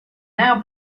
now